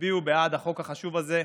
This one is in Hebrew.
שתצביעו בעד החוק החשוב הזה,